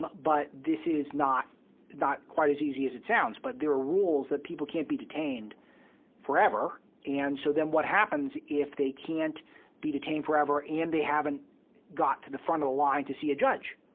but this is not quite as easy as it sounds. but there are rules that people can't be detained forever. and so then what happens if they can't be detained forever and they haven't got to the front of the line to see a judge?